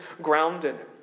grounded